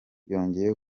yongeye